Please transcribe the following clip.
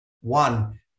one